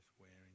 wearing